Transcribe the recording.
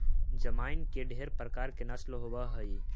जमाइन के ढेर प्रकार के नस्ल होब हई